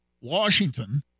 Washington